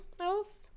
else